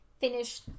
finish